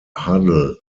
huddle